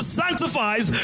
sanctifies